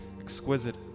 exquisite